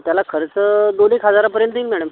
त्याला खर्च दोन एक हजारापर्यंत येईल मॅडम